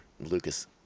lucas